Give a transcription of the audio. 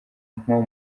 nko